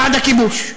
בעד הכיבוש.